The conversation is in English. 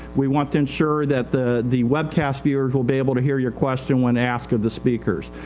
we want to ensure that the the webcast viewers will be able to hear your question when asked of the speakers.